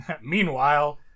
meanwhile